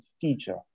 teacher